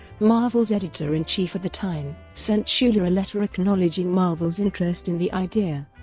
marvel's editor-in-chief at the time, sent schueller a letter acknowledging marvel's interest in the idea,